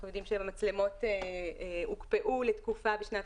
אנחנו יודעים שהמצלמות הוקפאו לתקופה בשנת